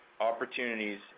opportunities